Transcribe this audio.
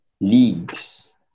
leagues